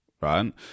right